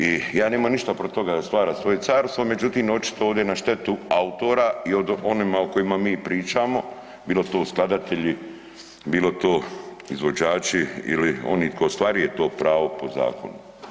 I ja nemam ništa protiv toga da stvara svoje carstvo, međutim očito ovdje na štetu autora i o onima o kojima mi pričamo bilo to skladatelji, bilo to izvođači ili oni tko ostvaruje to pravo po zakonu.